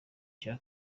cya